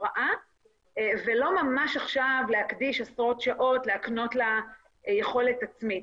הפרעה ולא ממש עכשיו להקדיש עשרות שעות להקנות לה יכולת עצמית.